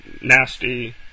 nasty